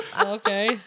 okay